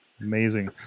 Amazing